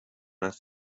است